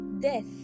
death